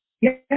Yes